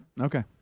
okay